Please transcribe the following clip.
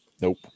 Nope